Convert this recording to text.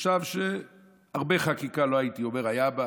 מושב שהייתי אומר שהרבה חקיקה לא הייתה בו